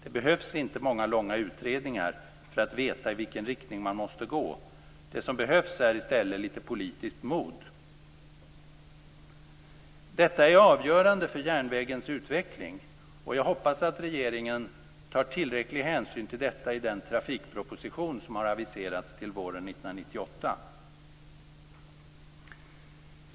Det behövs inte många långa utredningar för att veta i vilken riktning man måste gå. Det som behövs är i stället litet politiskt mod. Detta är avgörande för järnvägens utveckling, och jag hoppas att regeringen tar tillräcklig hänsyn till detta i den trafikproposition som har aviserats till våren 1998.